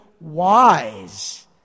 wise